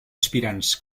aspirants